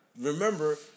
remember